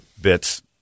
bits